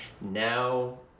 now